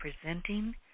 presenting